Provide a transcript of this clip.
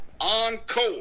Encore